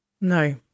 No